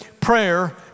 prayer